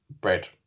Bread